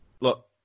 Look